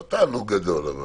לא תענוג גדול אבל.